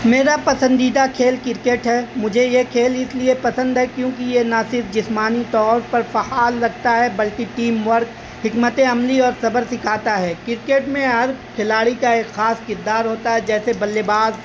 میرا پسندیدہ کھیل کرکٹ ہے مجھے یہ کھیل اس لیے پسند ہے کیونکہ یہ نہ صرف جسمانی طور پر فعال رکھتا ہے بلکہ ٹیم ورک حکمت عملی اور صبر سکھاتا ہے کرکٹ میں ہر کھلاڑی کا ایک خاص کردار ہوتا ہے جیسے بلے باز